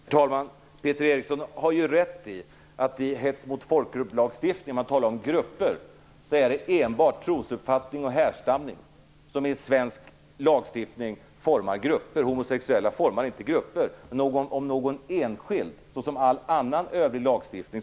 Herr talman! Peter Eriksson har rätt i att det i lagstiftningen om hets mot folkgrupp är enbart trosuppfattning och härstamning som formar grupper; homosexuella formar inte en grupp enligt denna lagstiftning.